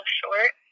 short